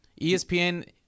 ESPN